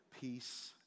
peace